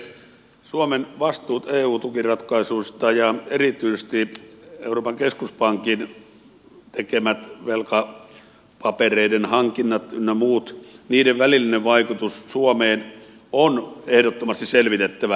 suomen vastuut eu tukiratkaisuista ja erityisesti euroopan keskuspankin tekemät velkapapereiden hankinnat ynnä muut niiden välillinen vaikutus suomeen on ehdottomasti selvitettävä